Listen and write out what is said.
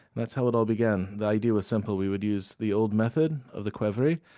that's how it all began. the idea was simple. we would use the old method of the qvevri,